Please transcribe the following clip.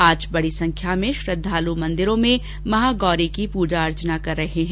आज बड़ी संख्या में श्रद्वालु मन्दिरों में महागौरी की पूजा अर्चना कर रहे हैं